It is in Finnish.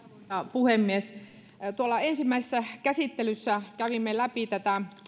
puhemies tuolla ensimmäisessä käsittelyssä kävimme läpi tätä